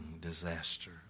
disaster